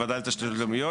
חברי הכנסת קיבלו את זה,